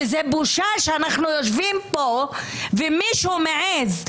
וזה בושה שאנחנו יושבים פה ומישהו מעז,